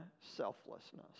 selflessness